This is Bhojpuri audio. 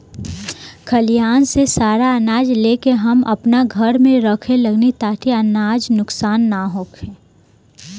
खलिहान से सारा आनाज ला के हम आपना घर में रखे लगनी ताकि अनाज नुक्सान ना होखे